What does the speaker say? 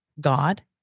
God